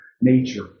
nature